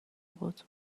بود